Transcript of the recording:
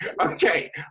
Okay